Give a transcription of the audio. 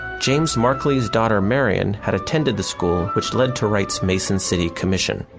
james markley's daughter, marion, had attended the school which led to wright's mason city commission.